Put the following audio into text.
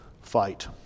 fight